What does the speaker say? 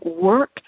work